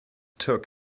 took